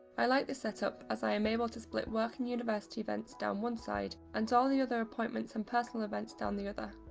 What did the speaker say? i like this set up, as i am able to split work and university events down one side, and all other appointments and personal events down the other.